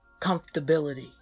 Comfortability